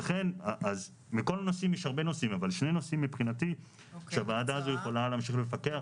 שני נושאים מבחינתי שהוועדה הזו יכולה להמשיך לפקח,